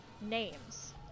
names